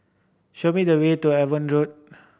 show me the way to Avon Road